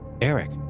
Eric